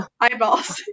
Eyeballs